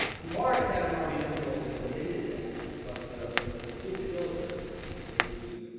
mubarak had an army that was loyal to him and they did that, but the but the egyptian military stayed pretty.